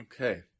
Okay